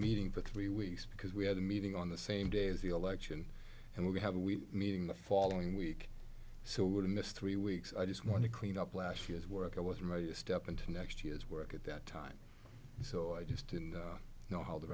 meeting for three weeks because we had a meeting on the same day as the election and we had a we meeting the following week so we're in this three weeks i just want to clean up last year's work i was ready to step into next year's work at that time so i just didn't know how the